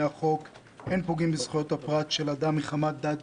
החוק; אין פוגעים בזכויות הפרט של אדם מחמת דת,